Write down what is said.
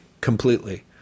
Completely